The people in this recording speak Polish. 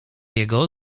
jego